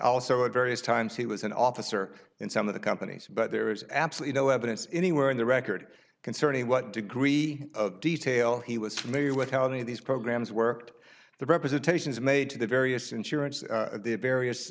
also at various times he was an officer in some of the companies but there is absolutely no evidence anywhere in the record concerning what degree of detail he was familiar with how any of these programs worked the representations made to the various insurance